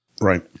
Right